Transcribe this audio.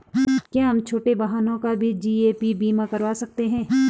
क्या हम छोटे वाहनों का भी जी.ए.पी बीमा करवा सकते हैं?